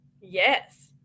Yes